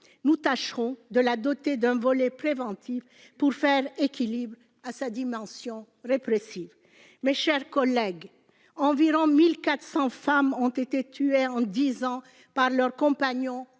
Nous tâcherons de la doter d'un volet préventif, pour équilibrer sa dimension répressive. Mes chers collègues, en dix ans, environ 1 400 femmes ont été tuées par leur compagnon